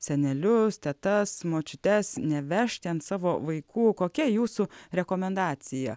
senelius tetas močiutes nevežt ten savo vaikų kokia jūsų rekomendacija